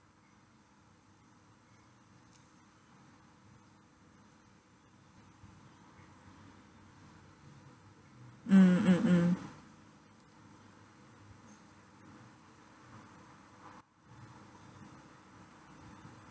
mm mm mm